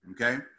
Okay